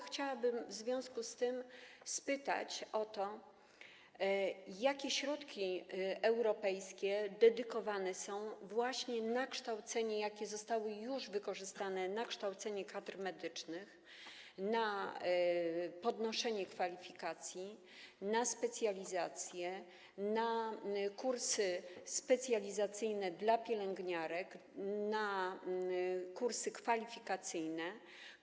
Chciałabym w związku z tym spytać o to, jakie środki europejskie dedykowane są właśnie na kształcenie, jakie zostały już wykorzystane na kształcenie kadr medycznych, na podnoszenie kwalifikacji, na specjalizację, na kursy specjalizacyjne dla pielęgniarek, na kursy kwalifikacyjne.